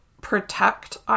protect